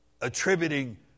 attributing